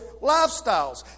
lifestyles